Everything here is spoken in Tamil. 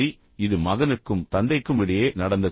சரி இது மகனுக்கும் தந்தைக்குமிடையே நடந்த கதை